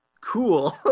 cool